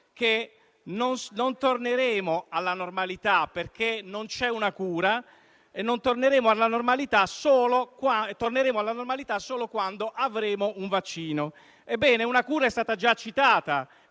che non torneremo alla normalità, perché non c'è una cura, e che torneremo alla normalità solo quando avremo un vaccino. Ebbene, una cura è stata già citata,